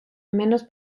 menos